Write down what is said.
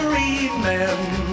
remember